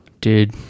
Dude